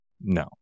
no